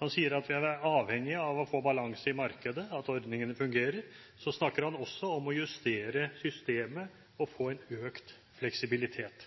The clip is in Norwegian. Han sier at vi er avhengig av å få balanse i markedet – at ordningene fungerer. Så snakker han også om å justere systemet og få en økt fleksibilitet.